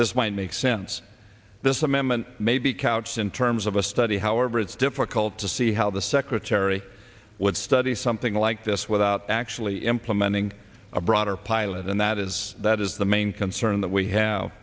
this might make sense this amendment may be couched in terms of a study however it's difficult to see how the secretary would study something like this without actually implement a broader pilot and that is that is the main concern that we have